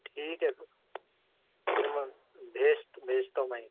ٹھیک ہے پھر پھر میں بھیج بھیجتا ہوں میں